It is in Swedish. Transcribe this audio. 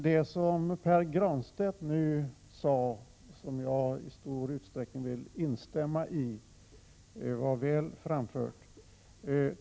Herr talman! Jag vill i stor utsträckning instämma i det som Pär Granstedt nyss så väl framförde.